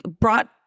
brought